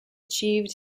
achieved